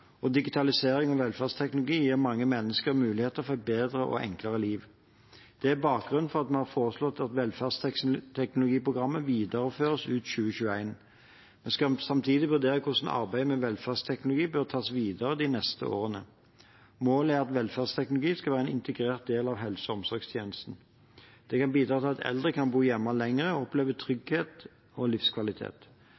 og digitalisering og velferdsteknologi gir mange mennesker muligheter for et bedre og enklere liv. Det er bakgrunnen for at vi har foreslått at Velferdsteknologiprogrammet videreføres ut 2021. Vi skal samtidig vurdere hvordan arbeidet med velferdsteknologi bør tas videre de neste årene. Målet er at velferdsteknologi skal være en integrert del av helse- og omsorgstjenesten. Det kan bidra til at eldre kan bo hjemme lenger og oppleve